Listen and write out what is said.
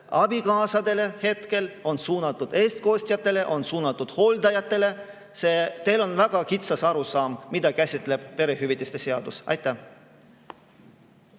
abikaasadele, on suunatud eestkostjatele, on suunatud hooldajatele. Teil on väga kitsas arusaam, mida käsitleb perehüvitiste seadus. Aitäh,